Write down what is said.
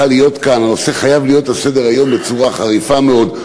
שהנושא חייב להיות על סדר-היום בצורה חריפה מאוד,